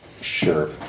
Sure